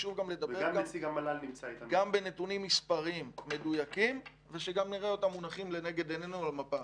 גם בנתונים מספריים מדויקים ושגם נראה אותם מונחים לנגד עינינו על מפה.